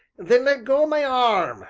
then leggo my arm